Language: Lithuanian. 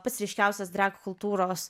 pats ryškiausias drag kultūros